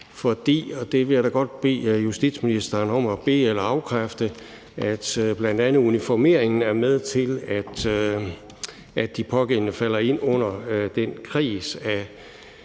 fordi – og det vil jeg da godt bede justitsministeren om at be- eller afkræfte – bl.a. uniformeringen er med til at gøre, at de pågældende falder ind under den kreds af